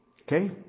Okay